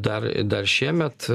dar dar šiemet